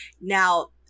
Now